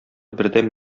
бердәм